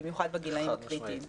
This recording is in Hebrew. במיוחד בגילאים הקריטיים.